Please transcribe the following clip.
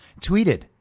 tweeted